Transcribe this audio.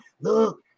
look